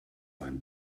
sein